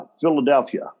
Philadelphia